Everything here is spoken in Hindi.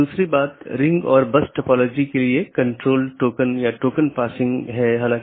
दूसरे अर्थ में जब मैं BGP डिवाइस को कॉन्फ़िगर कर रहा हूं मैं उस पॉलिसी को BGP में एम्बेड कर रहा हूं